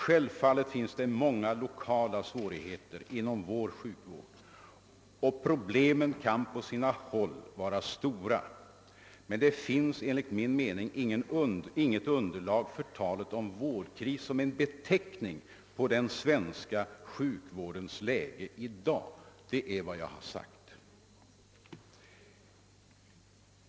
Självfallet finns det många lokala svårigheter inom vår sjukvård, och problemen kan på sina håll vara stora, men det finns enligt min mening inget underlag för talet om vårdkris som en beteckning på den svenska sjukvårdens läge i dag.» Detta är vad jag har sagt.